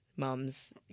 mum's